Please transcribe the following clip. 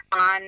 on